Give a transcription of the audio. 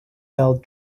felt